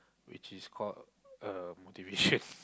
which is called uh motivation